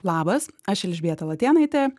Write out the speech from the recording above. labas aš elžbieta latėnaitė